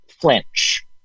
flinch